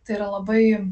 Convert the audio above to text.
tai yra labai